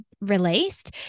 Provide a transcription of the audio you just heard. released